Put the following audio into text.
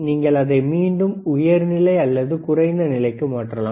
நீங்கள் அதை மீண்டும் உயர் நிலை அல்லது குறைந்த நிலைக்கு மாற்றலாம்